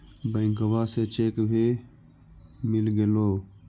बैंकवा से चेक भी मिलगेलो?